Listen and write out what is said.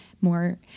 more